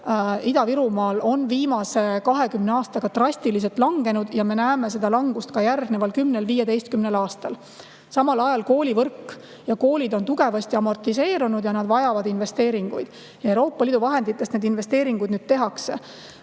Ida-Virumaal on viimase 20 aastaga drastiliselt langenud ja me näeme seda langust ka järgmisel 10–15 aastal. Samal ajal on koolimajad tugevasti amortiseerunud ja vajavad investeeringuid. Euroopa Liidu vahenditest need investeeringud nüüd tehakse.